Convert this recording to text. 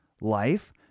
life